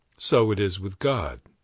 so it is with god.